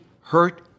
hurt